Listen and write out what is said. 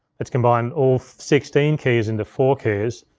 it's combined all sixteen keyers into four keyers.